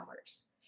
hours